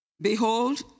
Behold